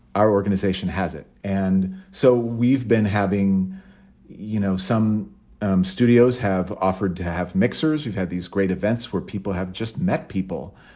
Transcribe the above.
our organization has it. and so we've been having you know, some studios have offered to have mixers. we've had these great events where people have just met people.